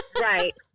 Right